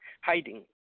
hiding